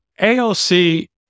AOC